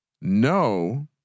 No